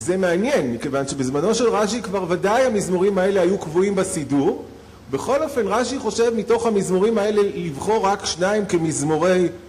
זה מעניין, מכיוון שבזמנו של רש'י כבר ודאי המזמורים האלה היו קבועים בסידור, בכל אופן רש'י חושב מתוך המזמורים האלה לבחור רק שניים כמזמורי